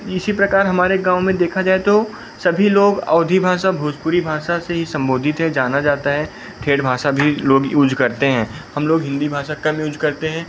इसी प्रकार हमारे गाँव में देखा जाए तो सभी लोग अवधी भाषा भोजपुरी भाषा से ही संबोधित है जाना जाता है ठेठ भाषा भी लोग यूज करते हैं हम लोग हिंदी भाषा कम यूज करते हैं